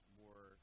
more